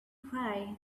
cry